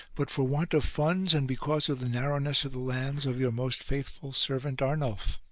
but for want of funds, and because of the narrowness of the lands of your most faithful servant arnulf.